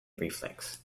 reflex